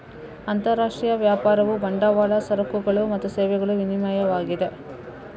ಅಂತರರಾಷ್ಟ್ರೀಯ ವ್ಯಾಪಾರವು ಬಂಡವಾಳ, ಸರಕುಗಳು ಮತ್ತು ಸೇವೆಗಳ ವಿನಿಮಯವಾಗಿದೆ